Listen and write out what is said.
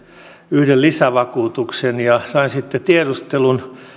yhden lisävakuutuksen ja sain sitten tiedustelun